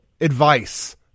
advice